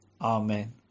Amen